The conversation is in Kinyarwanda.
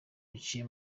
biciye